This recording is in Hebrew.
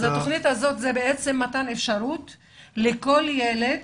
התוכנית הזאת היא מתן אפשרות לכול ילד